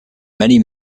many